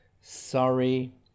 sorry